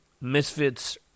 Misfits